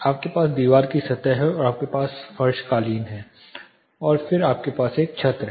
आपके पास दीवार की सतह है और आपके पास एक फर्श कालीन है और आपके पास एक छत है